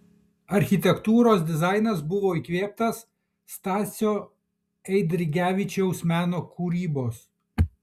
architektūros dizainas buvo įkvėptas stasio eidrigevičiaus meno kūrybos